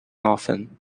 often